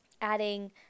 adding